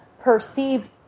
perceived